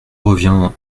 reviens